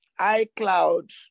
icloud